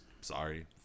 Sorry